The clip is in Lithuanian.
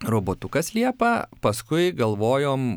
robotukas liepa paskui galvojom